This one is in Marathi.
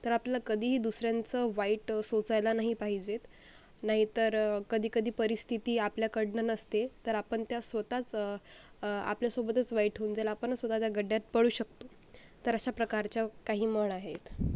तर आपलं कधीही दुसऱ्यांचं वाईट सोचायला नाही पाहिजेत नाहीतर कधीकधी परिस्थिती आपल्याकडनं नसते तर आपण त्या स्वतःच आपल्या सोबतच वाईट होऊन जाईल आपणच स्वतः त्या गड्ड्यात पडू शकतो तर अशा प्रकारच्या काही म्हण आहेत